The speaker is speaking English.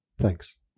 Thanks